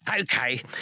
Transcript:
Okay